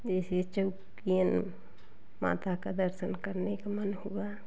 जैसे चौकियन माता का दर्शन करने का मन हुआ